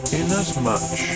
Inasmuch